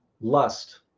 lust